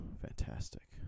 Fantastic